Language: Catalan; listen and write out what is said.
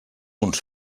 uns